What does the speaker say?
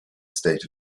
state